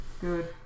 Good